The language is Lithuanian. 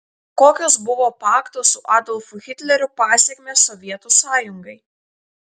kokios buvo pakto su adolfu hitleriu pasekmės sovietų sąjungai